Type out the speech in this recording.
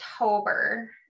October